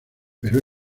pero